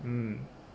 mm